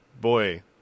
Boy